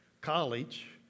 college